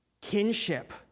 kinship